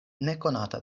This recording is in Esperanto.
nekonata